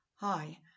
Hi